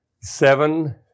seven